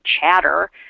chatter